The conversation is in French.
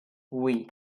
oui